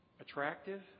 attractive